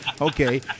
Okay